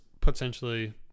potentially